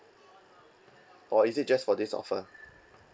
or is it just for this offer